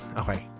okay